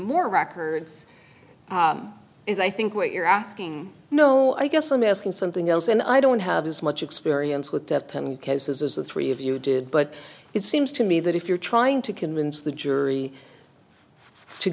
more records is i think what you're asking no i guess i'm asking something else and i don't have as much experience with death penalty cases as the three of you did but it seems to me that if you're trying to convince the jury to